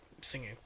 singing